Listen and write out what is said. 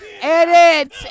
Edit